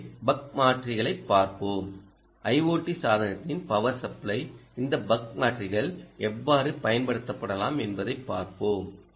எனவே பக் மாற்றிகளைப் பார்ப்போம் ஐஓடி சாதனத்தின் பவர் சப்ளை இந்த பக் மாற்றிகள் எவ்வாறு பயன்படுத்தப்படலாம் என்பதைப் பார்ப்போம்